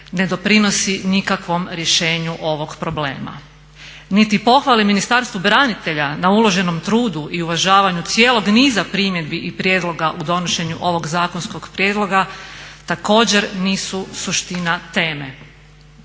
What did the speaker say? ne doprinosi nikakvom rješenju ovog problema. Niti pohvale Ministarstvu branitelja na uloženom trudu i uvažavanju cijelog niza primjedbi i prijedloga u donošenju ovog zakonskog prijedloga također nisu suština teme.